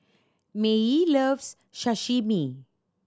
Maye loves Sashimi